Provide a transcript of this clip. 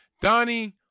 Donnie